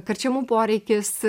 karčemų poreikis